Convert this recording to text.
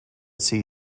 sea